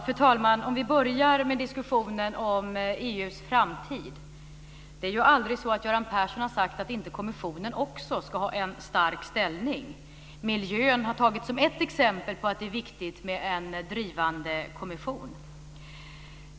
Fru talman! Vi kan börja med diskussionen om EU:s framtid. Göran Persson har aldrig sagt att inte kommissionen också ska ha en stark ställning. Miljön har tagits som ett exempel på att det är viktigt med en drivande kommission.